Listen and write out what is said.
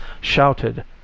shouted